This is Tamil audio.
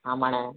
ஆமாணே